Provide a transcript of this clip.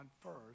first